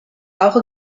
auch